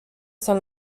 san